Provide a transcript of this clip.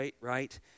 right